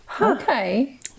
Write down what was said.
Okay